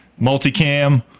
Multicam